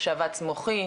שבץ מוחי,